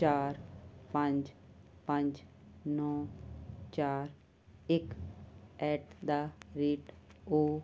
ਚਾਰ ਪੰਜ ਪੰਜ ਨੌਂ ਚਾਰ ਇੱਕ ਐਟ ਦਾ ਰੇਟ ਓ